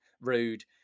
rude